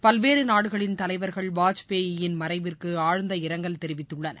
பல்வேறு நாடுகளின் தலைவர்கள் வாஜ்பாயின் மறைவிற்கு ஆழ்ந்த இரங்கல் தெரிவித்துள்ளனர்